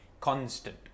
constant